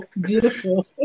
Beautiful